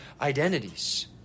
identities